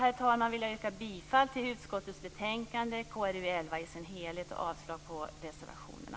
Med detta vill jag yrka bifall till utskottets hemställan i betänkandet KrU11 i dess helhet och avslag på reservationerna.